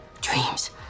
dreams